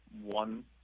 one